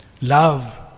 Love